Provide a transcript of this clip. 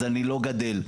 אני לא גדל.